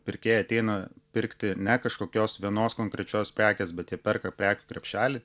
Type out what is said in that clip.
pirkėjai ateina pirkti ne kažkokios vienos konkrečios prekės bet jie perka prekių krepšelį